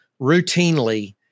routinely